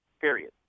Period